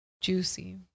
juicy